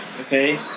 okay